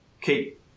keep –